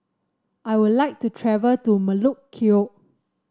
I would like to travel to Melekeok